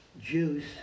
Jews